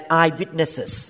eyewitnesses